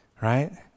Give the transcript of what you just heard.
right